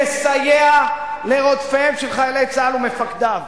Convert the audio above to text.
יסייע לרודפיהם של חיילי צה"ל ומפקדיו.